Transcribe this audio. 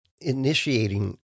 initiating